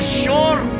sure